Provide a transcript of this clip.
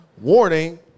Warning